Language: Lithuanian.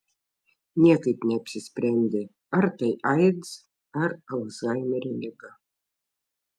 niekaip neapsisprendė ar tai aids ar alzheimerio liga